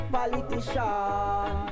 Politician